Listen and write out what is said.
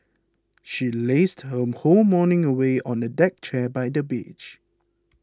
she lazed her whole morning away on a deck chair by the beach